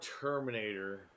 Terminator